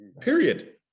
period